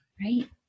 Right